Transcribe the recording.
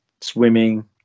swimming